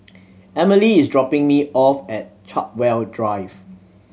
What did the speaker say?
Emilie is dropping me off at Chartwell Drive